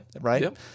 Right